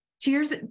Tears